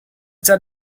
shall